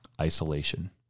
isolation